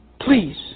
Please